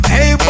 Hey